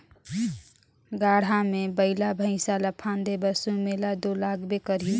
गाड़ा मे बइला भइसा ल फादे बर सुमेला दो लागबे करही